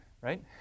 Right